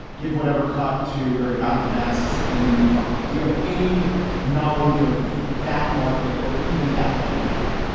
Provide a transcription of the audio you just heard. give whatever cut to where he got the masks and then move on. do you have any knowledge of that market or even that dynamic?